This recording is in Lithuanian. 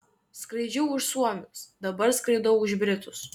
skraidžiau už suomius dabar skraidau už britus